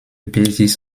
basis